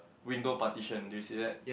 window partition do you see that